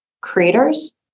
creators